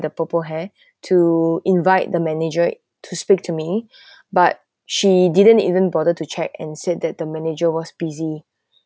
the purple hair to invite the manager to speak to me but she didn't even bother to check and said that the manager was busy